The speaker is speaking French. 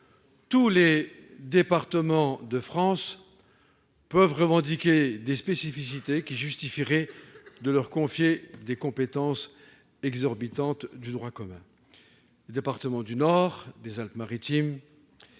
Tous les départements de France peuvent revendiquer des spécificités, qui justifieraient de leur confier des compétences exorbitantes du droit commun. Les départements du Nord, des Alpes-Maritimes,